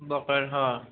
ବକା ହଁ